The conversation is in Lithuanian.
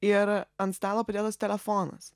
ir ant stalo padėtas telefonas